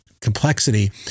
complexity